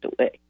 away